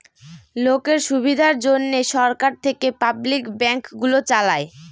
লোকের সুবিধার জন্যে সরকার থেকে পাবলিক ব্যাঙ্ক গুলো চালায়